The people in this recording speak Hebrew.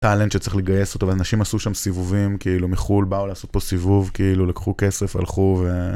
טאלנט שצריך לגייס אותו, אנשים עשו שם סיבובים כאילו מחו"ל, באו לעשות פה סיבוב כאילו לקחו כסף הלכו ו...